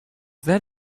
that